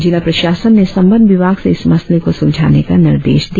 जिला प्रशासन ने संबंद्ध विभाग से इस मसले को सुलझाने का निर्देश दिया